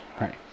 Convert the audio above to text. Right